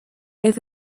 off